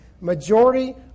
Majority